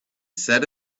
set